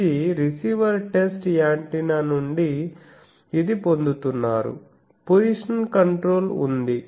ఇది receiver test antenna నుండి ఇది పొందుతున్నారు పోజిషన్ కంట్రోల్ ఉంది